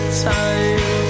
time